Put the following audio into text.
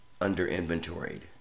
under-inventoried